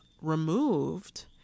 removed